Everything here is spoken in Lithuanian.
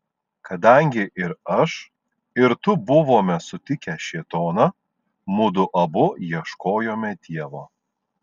kadangi ir aš ir tu buvome sutikę šėtoną mudu abu ieškojome dievo